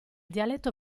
dialetto